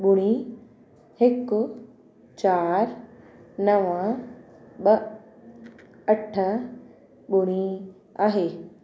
ॿुड़ी हिकु चारि नव ॿ अठ ॿुड़ी आहे